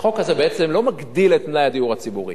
החוק הזה בעצם לא מגדיל את מלאי הדיור הציבורי,